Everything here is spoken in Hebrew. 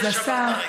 אז השר,